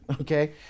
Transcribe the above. okay